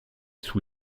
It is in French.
sous